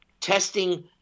testing